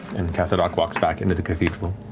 and kathedoc walks back into the cathedral.